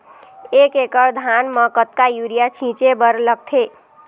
एक एकड़ धान म कतका यूरिया छींचे बर लगथे?